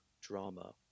drama